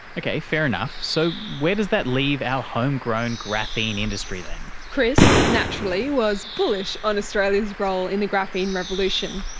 okay, fair enough. so where does that leave our homegrown graphene industry then? chris naturally was bullish on australia's role in the graphene revolution.